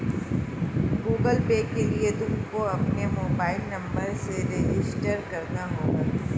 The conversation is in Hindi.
गूगल पे के लिए तुमको अपने मोबाईल नंबर से रजिस्टर करना होगा